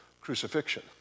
crucifixion